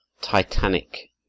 titanic